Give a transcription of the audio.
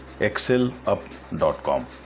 excelup.com